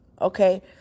Okay